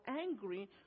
angry